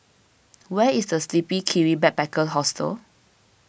where is the Sleepy Kiwi Backpackers Hostel